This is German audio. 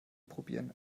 probieren